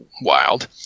wild